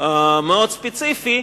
מאוד ספציפי,